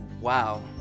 wow